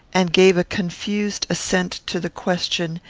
and gave a confused assent to the question,